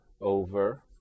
over